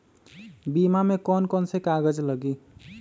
बीमा में कौन कौन से कागज लगी?